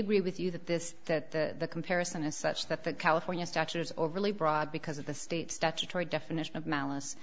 agree with you that this that the comparison is such that the california structure is overly broad because of the state statutory definition of malice